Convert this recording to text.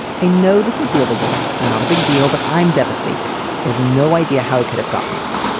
i know this is liveable and not a big deal, but i'm devastated. i have no idea how it could have gotten it.